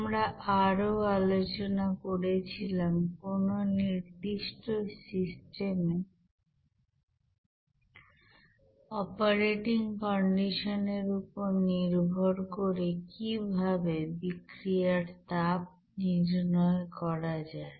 আমরা আরো আলোচনা করেছিলাম কোন নির্দিষ্ট সিস্টেমে অপারেটিং কন্ডিশন এর উপর নির্ভর করে কিভাবে বিক্রিয়ার তাপ নির্ণয় করা যায়